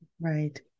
right